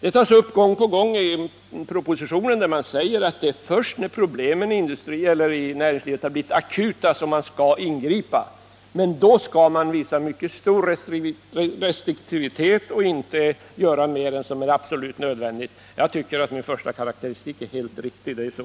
Det står gång på gång i propositionen att det är först när problemen inom näringslivet har blivit akuta som man kan ingripa, och då skall man visa mycket stor restriktivitet och inte göra mer än vad som är absolut nödvändigt. Jag tycker att min första karakteristik är helt riktig.